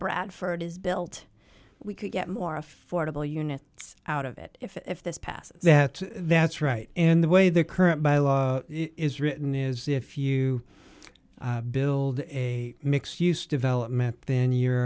bradford is built we could get more affordable units out of it if this passes that that's right in the way the current by law is written is if you build a mixed use development then you're